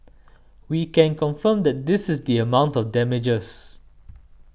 we can confirm that this is the amount of damages